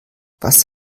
was